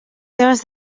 seves